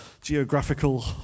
geographical